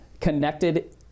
connected